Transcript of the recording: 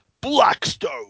Blackstone